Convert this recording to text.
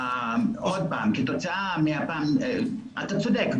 אתה צודק,